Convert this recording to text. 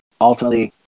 ultimately